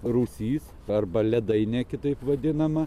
rūsys arba ledainė kitaip vadinama